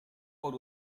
por